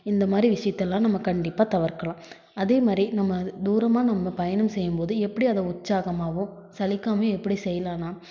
இந்தமாதிரி விஷியத்தலாம் நம்ம கண்டிப்பாக தவர்க்கலாம் அதேமாதிரி நம்ம தூரமாக நம்ம பயணம் செய்யும்போது எப்படி அதை உற்சாகமாகவும் சலிக்காமையும் எப்படி செய்யலான்னா